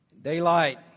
Daylight